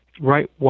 right